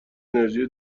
انرژی